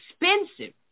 expensive